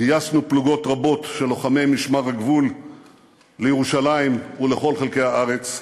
גייסנו פלוגות רבות של לוחמי משמר הגבול לירושלים ולכל חלקי הארץ.